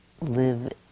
live